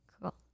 cool